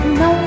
no